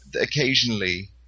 occasionally